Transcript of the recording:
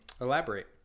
Elaborate